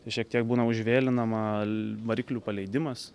šiek tiek būna užvėlinama variklių paleidimas